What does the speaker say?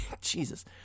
Jesus